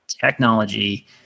technology